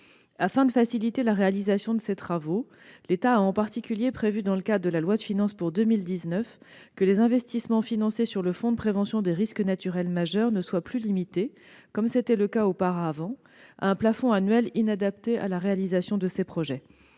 Afin de faciliter la réalisation de ces travaux, l'État a en particulier prévu dans le cadre de la loi de finances pour 2019 que les investissements financés sur le Fonds de prévention des risques naturels majeurs ne soient plus limités, comme c'était le cas auparavant, à un plafond annuel inadapté à la réalisation de ces projets.